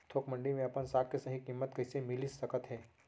थोक मंडी में अपन साग के सही किम्मत कइसे मिलिस सकत हे?